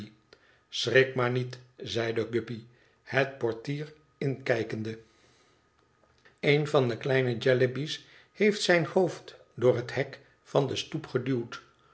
schrik maar niet zeide guppy het portier inkijkende een van de kleine jellyby's heeft zijn hoofd door het hek van de stoep geduwd